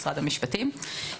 משרד המשפטים.